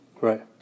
Right